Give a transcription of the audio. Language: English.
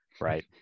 right